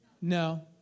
No